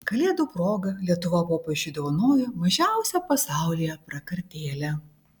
kalėdų proga lietuva popiežiui dovanojo mažiausią pasaulyje prakartėlę